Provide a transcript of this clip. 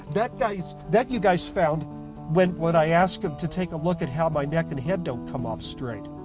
that guy, that you guys found when when i asked them to take a look at how my neck and head don't come off straight.